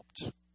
helped